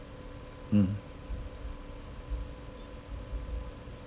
mm